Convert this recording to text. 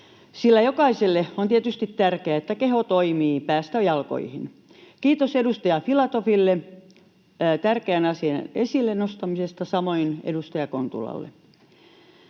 sillä jokaiselle on tietysti tärkeää, että keho toimii päästä jalkoihin. Kiitos edustaja Filatoville tärkeän asian esille nostamisesta, samoin edustaja Kontulalle.